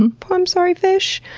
i'm um sorry fish!